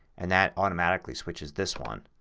and that automatically switches this one.